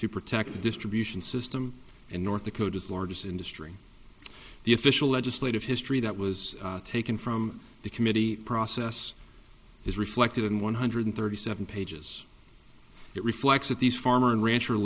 to protect the distribution system in north dakota's largest industry the official legislative history that was taken from the committee process is reflected in one hundred thirty seven pages it reflects that these farmer and rancher